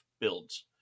builds